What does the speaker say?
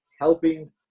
helping